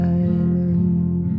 island